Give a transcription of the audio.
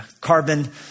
carbon